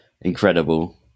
incredible